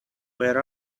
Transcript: wear